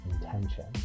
intention